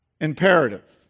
imperatives